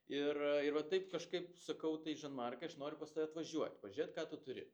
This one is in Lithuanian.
ir ir va taip kažkaip sakau tai žan markai aš noriu pas tave atvažiuot pažiūrėt ką tu turi